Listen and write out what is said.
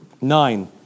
Nine